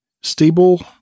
stable